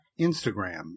Instagram